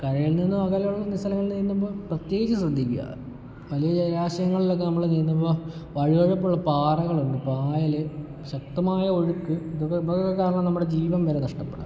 കഴിയുന്നതും അകലമുള്ള സ്ഥലങ്ങളിൽ നീന്തുമ്പോൾ പ്രത്യേകിച്ച് ശ്രദ്ധിക്കുക വലിയ ജലാശയങ്ങളിലൊക്കെ നമ്മൾ നീന്തുമ്പോൾ വഴുവഴുപ്പുള്ള പാറകളുണ്ട് പായൽ ശക്തമായ ഒഴുക്ക് ഇതൊക്കെ കാരണം നമുക്ക് നമ്മുടെ ജീവൻ വരെ നഷ്ടപ്പെടാം